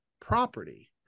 property